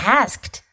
asked